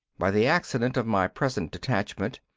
by the accident of my present detachment,